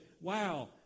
Wow